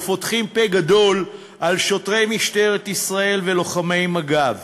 ופותחים פה גדול על שוטרי משטרת ישראל ולוחמי מג"ב.